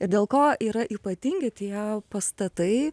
ir dėl ko yra ypatingi tie pastatai